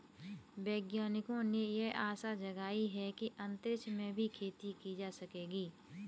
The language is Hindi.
वैज्ञानिकों ने यह आशा जगाई है कि अंतरिक्ष में भी खेती की जा सकेगी